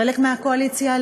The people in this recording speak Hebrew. חלק מהקואליציה,